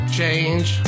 change